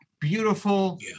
Beautiful